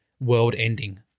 world-ending